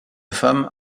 femme